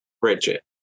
Bridget